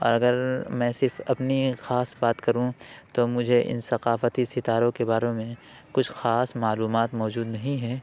اور اگر میں صرف اپنی ایک خاص بات کروں تو مجھے ان ثقافتی ستاروں کے باروں میں کچھ خاص معلومات موجود نہیں ہیں